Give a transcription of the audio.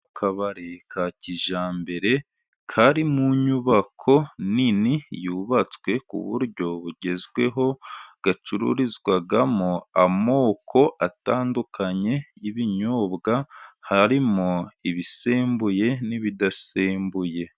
Akabari ka kijyambere kari mu nyubako nini yubatswe ku buryo bugezweho, gacururizwamo amoko atandukanye y'ibinyobwa, harimo ibisembuye n'ibidasembuye.